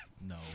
no